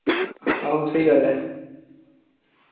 आहो स्हेई गल्ल ऐ